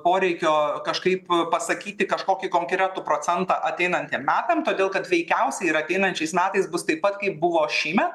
poreikio kažkaip pasakyti kažkokį konkretų procentą ateinantiem metam todėl kad veikiausiai ir ateinančiais metais bus taip pat kaip buvo šįmet